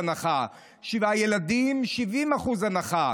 60% הנחה, שבעה ילדים, 70% הנחה,